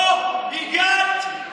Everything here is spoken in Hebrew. אוה, הגעת?